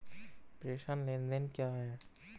प्रेषण लेनदेन क्या है?